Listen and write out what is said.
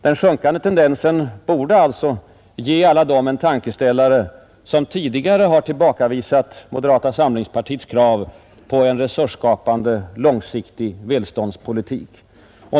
Den sjunkande tendensen borde alltså ge alla dem en tankeställare, som tidigare har tillbakavisat moderata samlingspartiets krav på en resursskapande långsiktig välståndspolitik.